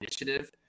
initiative